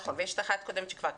נכון, ויש אחת קודמת שכבר קיימת.